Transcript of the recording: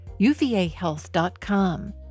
uvahealth.com